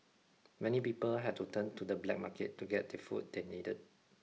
many people had to turn to the black market to get the food they needed